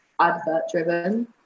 advert-driven